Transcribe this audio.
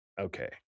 Okay